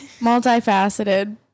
Multifaceted